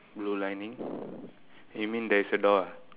blue lining you mean there is a door ah